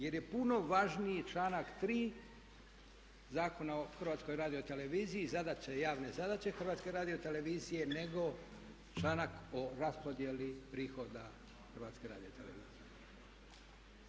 Jer je puno važniji članak 3. Zakona o HRT-u zadaća i javne zadaće HRT-a nego članak o raspodjeli prihoda HRT-a.